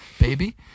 baby